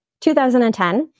2010